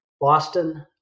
Boston